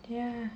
ya